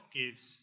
gives